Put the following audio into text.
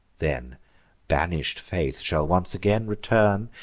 then banish'd faith shall once again return,